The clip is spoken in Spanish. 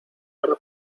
ahora